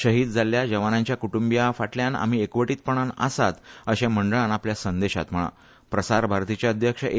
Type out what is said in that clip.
शहीद जाल्ल्या जवानांच्या क्ट्ंबिया फाटल्यान आमी एकवटीत पणान आसात अशें मंडळान आपल्या संदेशात म्हळा प्रसार भारतीचे अध्यक्ष ए